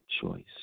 choice